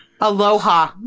Aloha